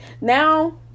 Now